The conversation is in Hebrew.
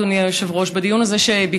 אדוני היושב-ראש: בדיון הזה שביקשנו,